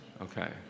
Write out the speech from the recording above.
Okay